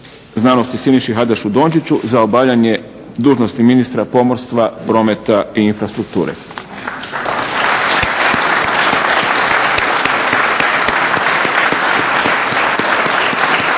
znanosti Siniši Hajdašu Dončiću za obavljanje dužnosti ministra pomorstva, prometa i infrastrukture.